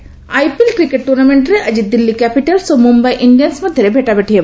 IPL IPL cricket ଟୁର୍ଣ୍ଣାମେଣ୍ଟରେ ଆଜି Delhi capitals ଓ ମୁମ୍ବାଇ ଇଣ୍ଡିଆନ୍ ମଧ୍ୟରେ ଭେଟାଭେଟି ହେବ